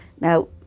Now